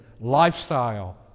lifestyle